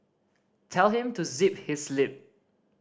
tell him to zip his lip